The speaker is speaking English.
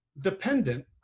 dependent